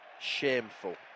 shameful